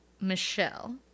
Michelle